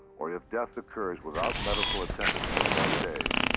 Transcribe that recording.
or if death occurs without medical attendance for twenty days,